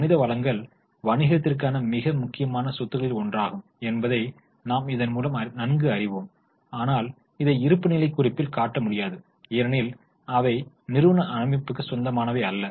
மனித வளங்கள் வணிகத்திற்கான மிக முக்கியமான சொத்துகளில் ஒன்றாகும் என்பதை நாம் இதன் மூலம் நன்கு அறிவோம் ஆனால் அதை இருப்புநிலைக் குறிப்பில் காட்ட முடியாது ஏனெனில் அவை நிறுவன அமைப்புக்கு சொந்தமானவை அல்ல